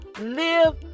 live